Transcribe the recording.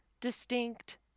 distinct